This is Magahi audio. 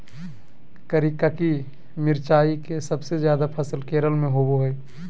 करिककी मिरचाई के सबसे ज्यादा फसल केरल में होबो हइ